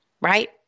Right